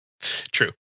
True